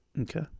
Okay